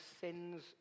sins